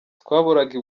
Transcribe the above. twaburaga